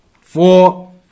four